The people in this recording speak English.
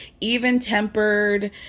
even-tempered